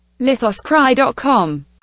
lithoscry.com